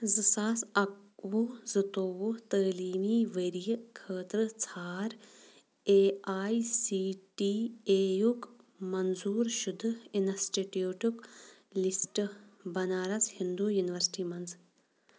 زٕ ساس اَکہٕ وُہ زٕ ساس زٕ تووُہ تعلیمی ؤرۍ یہِ خٲطرٕ ژھار A I C T E یُک منظور شُدٕ انسٹِٹیوٗٹُک لسٹ بَنارس ہِنٛدوٗ یونیورسِٹی مَنٛز